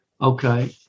Okay